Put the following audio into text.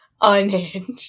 Unhinged